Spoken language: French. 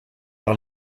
par